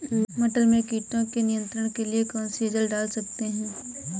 मटर में कीटों के नियंत्रण के लिए कौन सी एजल डाल सकते हैं?